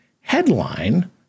Headline